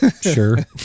Sure